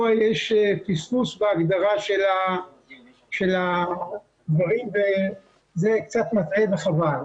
פה יש פספוס בהגדרה של הדברים וזה קצת מטעה וחבל.